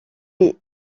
est